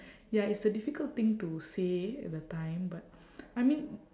ya it's a difficult thing to say at the time but I mean